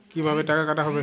কিভাবে টাকা কাটা হবে?